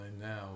now